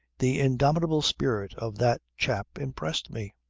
the indomitable spirit of that chap impressed me.